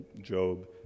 Job